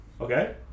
okay